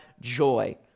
joy